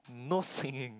no singing